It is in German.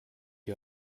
ihr